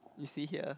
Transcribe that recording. you see here